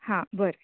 हां बरें